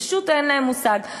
פשוט אין להם מושג.